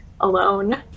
alone